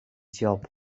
job